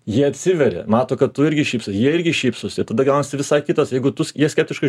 jie atsiveria mato kad tu irgi šypsaisi jie irgi šypsosi ir tada gaunasi visai kitas jeigu tu jie skeptiškai